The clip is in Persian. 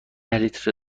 لیتر